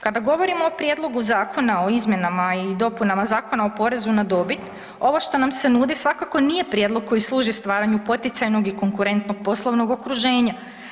Kada govorimo o Prijedlogu Zakona o izmjenama i dopunama Zakona o porezu na dobit ovo što nam se nudi svakako nije prijedlog koji služi stvaranju poticajnog i konkurentnog poslovnog okruženja.